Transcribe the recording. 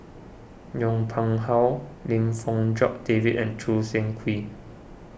Yong Pung How Lim Fong Jock David and Choo Seng Quee